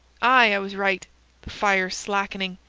i was right. the fire's slackening.